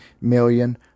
million